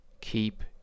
keep